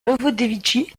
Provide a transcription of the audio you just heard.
novodevitchi